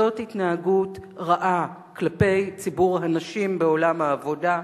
זאת התנהגות רעה כלפי ציבור הנשים בעולם העבודה,